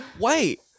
Wait